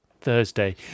Thursday